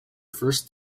first